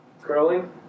Curling